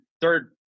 third